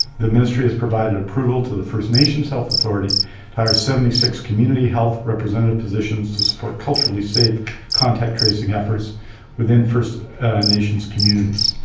the ministry has provided approval to the first nations health authority to hire seventy six community health representative positions to support culturally safe contact tracing efforts within first nations communities.